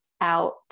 out